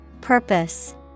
Purpose